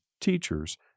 teachers